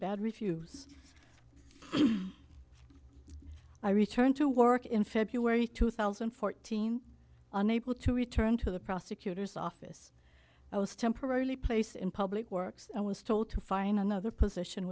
bad reviews i returned to work in february two thousand and fourteen unable to return to the prosecutor's office i was temporarily place in public works i was told to find another position